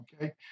Okay